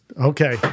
Okay